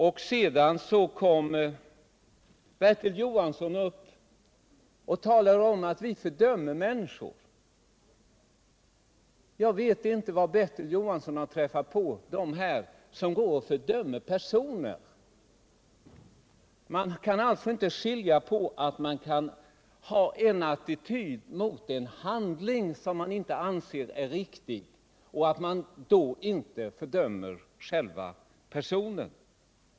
Och sedan kom Bertil Johansson upp och sade att vi fördömer människor. Jag vet inte var Bertil Johansson träffat på dessa som fördömer personer. Det är tydligen svårt att skilja det från att man kan ha en attityd mot en handling som man inte anser riktig utan att fördöma själva personen.